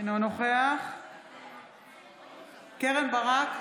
אינו נוכח קרן ברק,